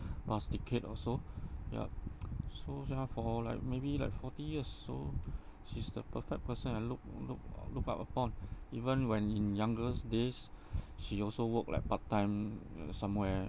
past decade or so yup so now for like maybe like forty years so she's the perfect person I look look uh look up upon even when in youngers days she also work like part time mm somewhere